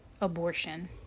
abortion